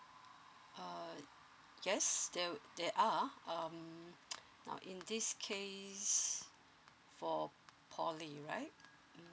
err yes there there are um now in this case for poly right